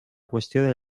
qüestió